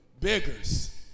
beggars